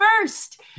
first